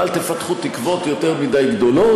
אבל אני יכול לומר לכם גם שאל תפתחו תקוות יותר מדי גדולות.